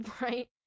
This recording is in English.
Right